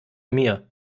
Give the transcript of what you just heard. mir